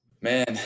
man